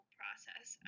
process